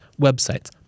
websites